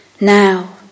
Now